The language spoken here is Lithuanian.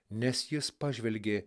nes jis pažvelgė